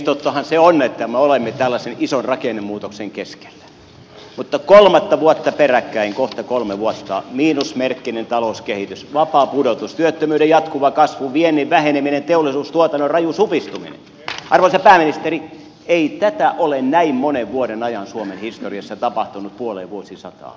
tottahan se on että me olemme tällaisen ison rakennemuutoksen keskellä mutta kolmatta vuotta peräkkäin kohta kolme vuotta miinusmerkkinen talouskehitys vapaa pudotus työttömyyden jatkuva kasvu viennin väheneminen teollisuustuotannon raju supistuminen arvoisa pääministeri ei tätä ole näin monen vuoden ajan suomen historiassa tapahtunut puoleen vuosisataan